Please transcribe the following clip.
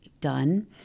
done